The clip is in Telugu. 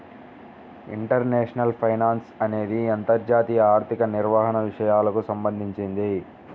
ఇంటర్నేషనల్ ఫైనాన్స్ అనేది అంతర్జాతీయ ఆర్థిక నిర్వహణ విషయాలకు సంబంధించింది